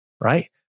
right